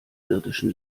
irdischen